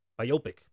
Biopic